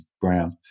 brown